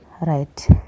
Right